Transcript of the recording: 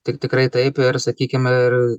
tik tikrai taip ir sakykime ir